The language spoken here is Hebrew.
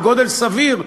בגודל סביר,